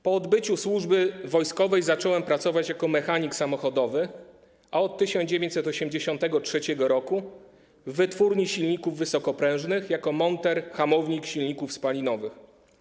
Po odbyciu służby wojskowej zacząłem pracować jako mechanik samochodowy, a od 1983 r. - w wytwórni silników wysokoprężnych jako monter hamownik silników spalinowych.